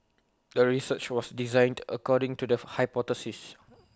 the research was designed according to the hypothesis